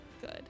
good